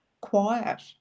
quiet